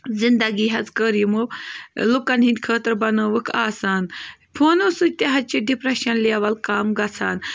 زِندگی حظ کٔر یِمو لُکَن ہِنٛدۍ خٲطرٕ بَنٲوٕکھ آسان فونو سۭتۍ تہِ حظ چھِ ڈِپرٛٮ۪شَن لیوَل کَم گژھان